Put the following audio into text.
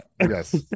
Yes